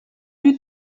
you